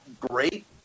great